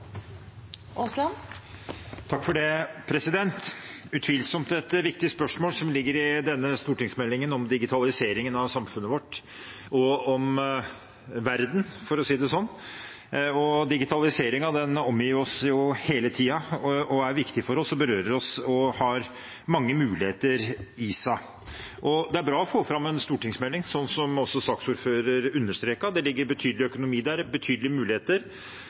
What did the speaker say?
jeg for øvrig vise til regjeringspartienes utmerkede merknader til flere av meldingens svært viktige kapitler, som tiden ikke tillater å gå nærmere inn på nå. Det er utvilsomt et viktig spørsmål som ligger i denne stortingsmeldingen om digitaliseringen av samfunnet vårt, og om verden, for å si det sånn. Digitaliseringen omgir oss hele tiden og er viktig for oss og berører oss og har mange muligheter i seg. Det er bra å få fram en stortingsmelding, som også